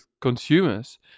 consumers